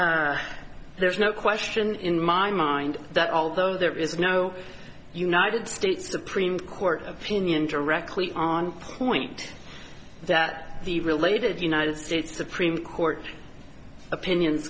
problem there's no question in my mind that although there is no united states supreme court opinion directly on point that the related united states supreme court opinions